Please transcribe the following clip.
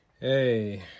Hey